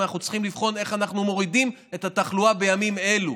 אנחנו צריכים לבחון איך אנחנו מורידים את התחלואה בימים אלו,